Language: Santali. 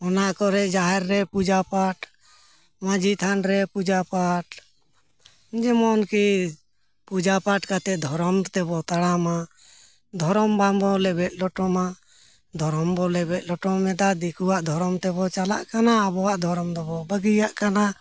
ᱚᱱᱟ ᱠᱚᱨᱮ ᱡᱟᱦᱮᱨ ᱨᱮ ᱯᱩᱡᱟᱹ ᱯᱟᱴ ᱢᱟᱹᱡᱷᱤ ᱛᱷᱟᱱ ᱨᱮ ᱯᱩᱡᱟᱹ ᱯᱟᱴ ᱡᱮᱢᱚᱱ ᱠᱤ ᱯᱩᱡᱟᱹ ᱯᱟᱴ ᱠᱟᱛᱮᱫ ᱫᱷᱚᱨᱚᱢ ᱛᱮᱵᱚᱱ ᱛᱟᱲᱟᱢᱟ ᱫᱷᱚᱨᱚᱢ ᱵᱟᱝ ᱵᱚᱱ ᱞᱮᱵᱮᱫ ᱞᱚᱴᱚᱢᱟ ᱫᱷᱚᱨᱚᱢ ᱵᱚᱱ ᱞᱮᱵᱮᱫ ᱞᱚᱴᱚᱢᱮᱫᱟ ᱫᱤᱠᱩᱣᱟᱜ ᱫᱷᱚᱨᱚᱢ ᱛᱮᱵᱚᱱ ᱪᱟᱞᱟᱜ ᱠᱟᱱᱟ ᱟᱵᱚᱣᱟᱜ ᱫᱷᱚᱨᱚᱢ ᱫᱚᱵᱚᱱ ᱵᱟᱹᱜᱤᱭᱟᱜ ᱠᱟᱱᱟ